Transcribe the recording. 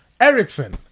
Ericsson